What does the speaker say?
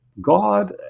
God